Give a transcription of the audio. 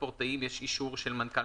שנעשה בתקנות